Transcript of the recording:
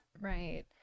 Right